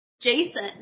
Jason